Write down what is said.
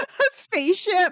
spaceship